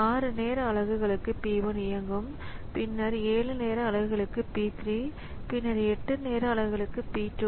6 நேர அலகுகளுக்குP 1இயங்கும் பின்னர் 7 நேர அலகுகளுக்கு P 3 பின்னர் 8 நேர அலகுகளுக்கு P 2